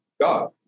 God